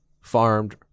farmed